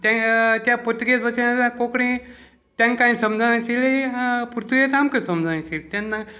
ते त्या पुर्तुगेज बशेन जाल्यार कोंकणी तेंकांय समजनाशिल्ली पुर्तुगेज आमकां समजनाशिल्ली तेन्ना